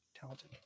talented